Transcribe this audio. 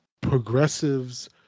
progressives